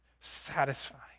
satisfying